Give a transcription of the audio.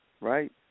right